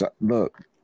look